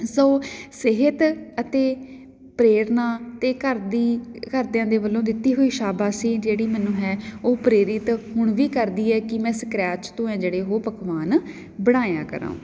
ਸੋ ਸਿਹਤ ਅਤੇ ਪ੍ਰੇਰਨਾ ਅਤੇ ਘਰ ਦੀ ਘਰਦਿਆਂ ਦੇ ਵੱਲੋਂ ਦਿੱਤੀ ਹੋਈ ਸ਼ਾਬਾਸ਼ੀ ਜਿਹੜੀ ਮੈਨੂੰ ਹੈ ਉਹ ਪ੍ਰੇਰਿਤ ਹੁਣ ਵੀ ਕਰਦੀ ਹੈ ਕਿ ਮੈਂ ਸਕਰੈਚ ਤੋਂ ਆ ਜਿਹੜੇ ਉਹ ਪਕਵਾਨ ਬਣਾਇਆ ਕਰਾਂ